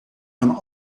van